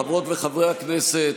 חברות וחברי הכנסת,